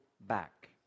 back